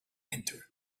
enter